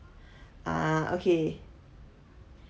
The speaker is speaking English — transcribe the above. ah okay